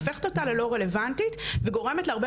הופכת אותה ללא רלוונטית וגורמת להרבה